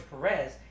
Perez